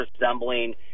resembling